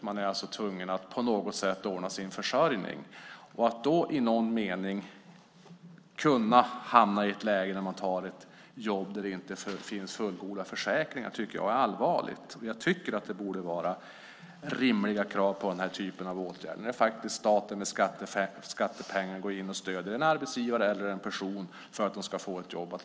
Man är alltså tvungen att på något sätt ordna sin försörjning. Jag tycker att det är allvarligt att man då kan hamna i ett läge där man tar ett jobb där det inte finns fullgoda försäkringar. Jag tycker att det borde finnas rimliga krav på den här typen av åtgärder där staten med skattepengar går in och stöder en arbetsgivare eller en person för att han eller hon ska kunna få ett jobb.